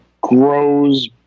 grows